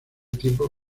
tiempo